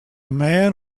man